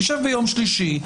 תשב ביום שלישי,